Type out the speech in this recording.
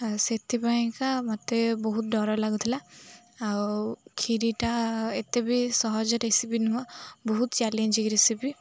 ଆଉ ସେଥିପାଇଁକା ମତେ ବହୁତ ଡ଼ର ଲାଗୁଥିଲା ଆଉ କ୍ଷୀରିଟା ଏତେ ବି ସହଜ ରେସିପି ନୁହଁ ବହୁତ ଚ୍ୟାଲେଞ୍ଜିଂ ରେସିପି